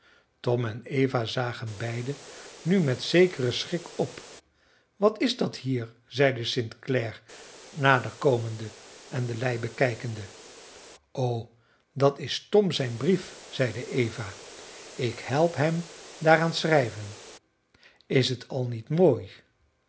tom en eva zagen beiden nu met zekeren schrik op wat is dat hier zeide st clare naderkomende en de lei bekijkende o dat is tom zijn brief zeide eva ik help hem daaraan schrijven is het al niet mooi